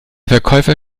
verkäufer